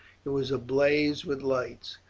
it was ablaze with lights.